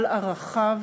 על ערכיו